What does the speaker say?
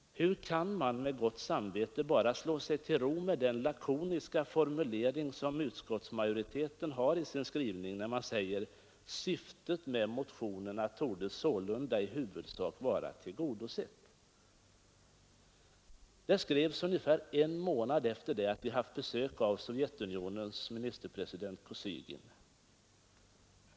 Hur kan man med gott samvete bara slå sig till ro med den lakoniska formulering som utskottsmajoriteten har i sin skrivning när man säger: ”Syftet med motionerna torde sålunda i huvudsak vara tillgodosett”? Detta skrevs ungefär en månad efter det av vi haft besök av Sovjetunionens ministerpresident Kosygin.